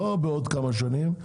לא בעוד כמה שנים,